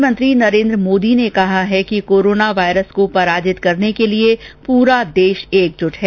प्रधानमंत्री नरेन्द्र मोदी ने कहा है कि कोरोना वायरस को पराजित करने के लिए पूरा देश एकजुट है